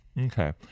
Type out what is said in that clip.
okay